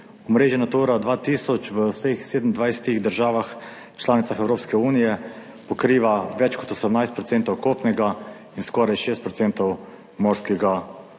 Omrežje Natura 2000 v vseh 27. državah, članicah Evropske unije pokriva več kot 18 % kopnega in skoraj 6 % morskega